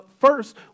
first